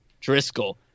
Driscoll